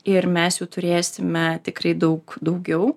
ir mes jų turėsime tikrai daug daugiau